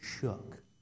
shook